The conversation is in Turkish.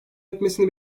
etmesini